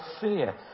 fear